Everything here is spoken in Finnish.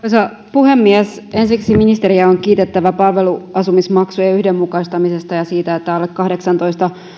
puhemies ensiksi ministeriä on kiitettävä palveluasumismaksujen yhdenmukaistamisesta ja siitä että alle kahdeksantoista